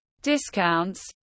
discounts